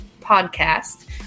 podcast